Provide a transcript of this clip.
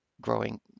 growing